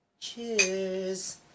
Cheers